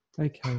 okay